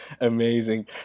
Amazing